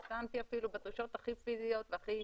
אפילו חתמתי בדרישות הכי פיזיות והכי